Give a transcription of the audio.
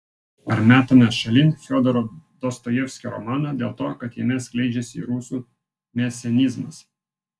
ar metame šalin fiodoro dostojevskio romaną dėl to kad jame skleidžiasi rusų mesianizmas